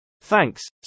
Thanks